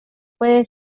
puede